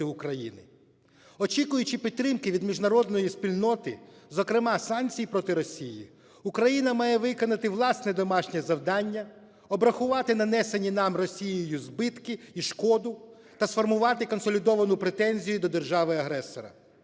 України. Очікуючи підтримки від міжнародної спільноти, зокрема санкцій проти Росії, Україна має виконати власне домашнє завдання, обрахувати нанесені нам Росією збитки і шкоду та сформувати консолідовану претензію до держави-агресора.